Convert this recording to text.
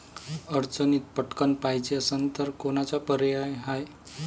अडचणीत पटकण पायजे असन तर कोनचा पर्याय हाय?